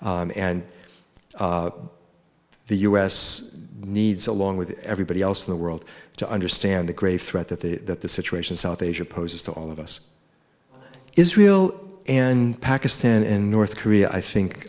and the u s needs along with everybody else in the world to understand the grave threat that the that the situation south asia poses to all of us israel and pakistan and north korea i think